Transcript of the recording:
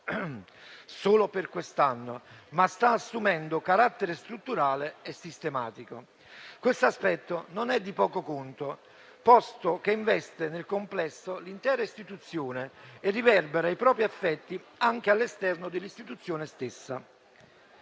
solo per quest'anno, ma sta assumendo carattere strutturale e sistematico. Questo aspetto non è di poco conto, posto che investe nel complesso l'intera Istituzione e riverbera i propri effetti anche al suo esterno.